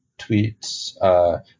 tweets